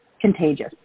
contagious